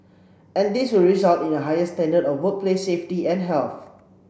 and this will result in a higher standard of workplace safety and health